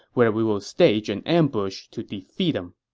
where we will stage an ambush to defeat him.